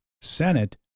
Senate